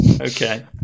okay